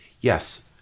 Yes